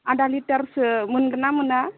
आधा लिटारसो मोनगोन ना मोना